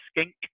skink